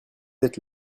êtes